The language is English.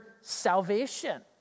salvation